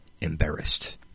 Embarrassed